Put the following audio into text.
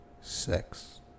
sex